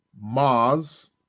Mars